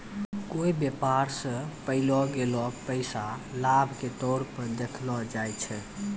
कोय व्यापार स पैलो गेलो पैसा लाभ के तौर पर देखलो जाय छै